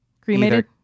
cremated